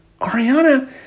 Ariana